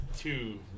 Two